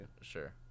Sure